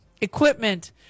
equipment